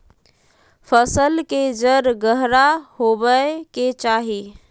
फसल के जड़ गहरा होबय के चाही